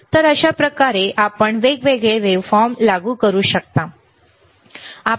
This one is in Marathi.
तर अशा प्रकारे आपण वेगवेगळे वेव्हफॉर्म लागू करू शकता बरोबर